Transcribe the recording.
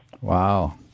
wow